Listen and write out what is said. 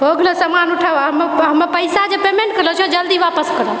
हो गेलो समान उठाबऽ हमऽ पैसा जे पेमेन्ट केलो छिऐ जल्दी आपस करऽ